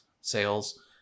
sales